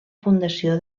fundació